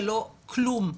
ולא כלום.